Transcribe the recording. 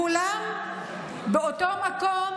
כולם באותו מקום.